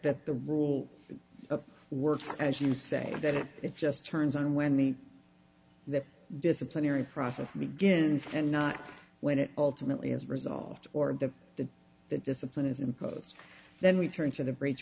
that the rule works and you say that it it just turns on when the disciplinary process begins and not when it ultimately is resolved or the the discipline is imposed then return to the br